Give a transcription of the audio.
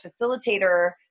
facilitator